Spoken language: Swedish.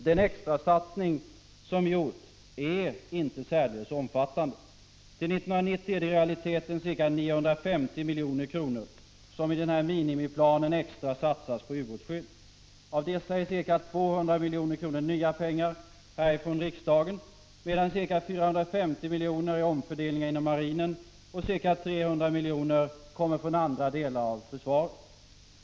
Den extrasatsning som gjorts är inte särdeles omfattande. Till 1990 är det i realiteten ca 950 milj.kr. extra som satsas på ubåtsskyddet i minimiplanen. Därav är ca 200 milj.kr. ”nya” pengar från riksdagen, medan ca 450 miljoner är omfördelningar inom marinen och ca 300 miljoner kommer från andra delar av försvaret.